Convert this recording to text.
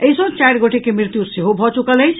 एहि सँ चारि गोटे के मृत्यु सेहो भऽ च्रकल अछि